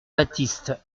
baptiste